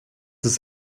ist